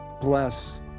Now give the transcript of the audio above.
bless